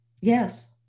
Yes